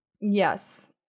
Yes